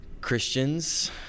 Christians